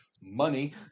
money